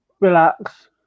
relax